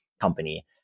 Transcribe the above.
company